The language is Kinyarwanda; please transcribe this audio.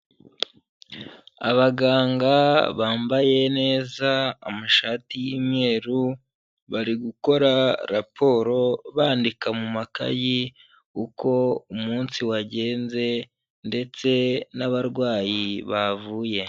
Abaganga bambaye neza amashati y'imyeru, bari gukora raporo, bandika mu makayi uko umunsi wagenze, ndetse n'abarwayi bavuye.